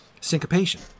syncopation